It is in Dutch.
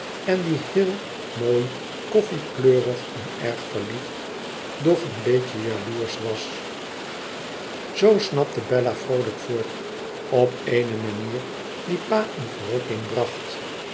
en die heel mooi koffiekleurig en erg verliefd doch een beetje jaloersch was zoo snapte bella vroolijk voort op eene manier die pa in verrukking bracht